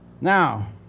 Now